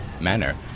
manner